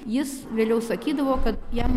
jis vėliau sakydavo kad jam